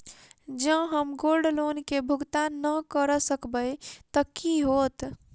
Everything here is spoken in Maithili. जँ हम गोल्ड लोन केँ भुगतान न करऽ सकबै तऽ की होत?